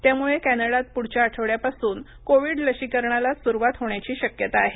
त्यामुळे कॅनडात पुढच्या आठवड्यापासून कोविड लशीकरणाला सुरुवात होण्याची शक्यता आहे